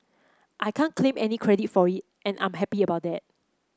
I can't claim any credit for it and I'm happy about that